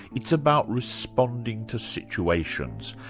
it's about responding to situations,